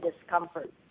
discomfort